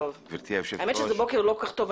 גברתי היושבת-ראש -- האמת שזה בוקר לא כל כך טוב.